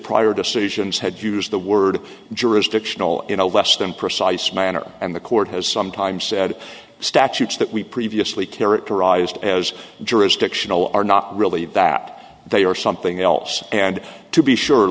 prior decisions had used the word jurisdictional in a less than precise manner and the court has sometimes said statutes that we previously characterized as jurisdictional are not really that they are something else and to be sure